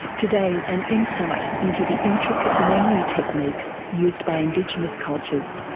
today, an insight into the intricate memory techniques used by indigenous cultures